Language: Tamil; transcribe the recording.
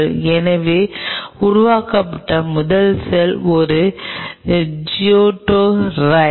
எனவே உருவாக்கப்பட்ட முதல் செல் ஒரு ஜிகோட் ரைட்